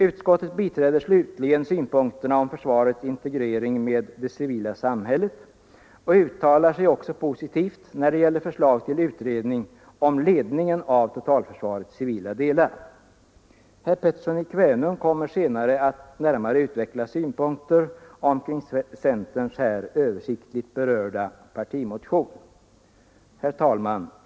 Utskottet biträder slutligen synpunkterna om försvarets integrering med det civila samhället och uttalar sig också positivt när det gäller förslag till utredning om ledningen av totalförsvarets civila delar. Herr Pettersson i Kvänum kommer senare att närmare utveckla synpunkter till centerns här översiktligt berörda partimotion. Herr talman!